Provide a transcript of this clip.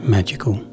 Magical